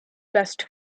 best